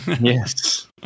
Yes